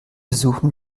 besuchen